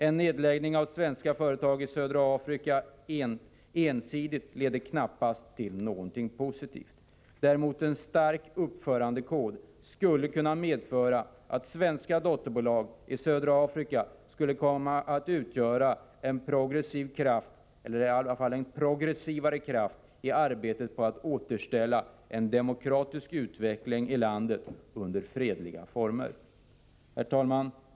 En nedläggning av svenska företag i södra Afrika ensidigt leder knappast till någonting positivt. Däremot skulle en stark uppförandekod kunna medföra att svenska dotterbolag i södra Afrika skulle kunna komma att utgöra en progressiv, i alla fall progressivare, kraft i arbetet på att återställa en demokratisk utveckling i landet under fredliga former. Herr talman!